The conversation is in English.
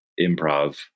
improv